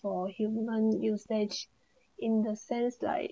for human usage in the sense like